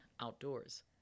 outdoors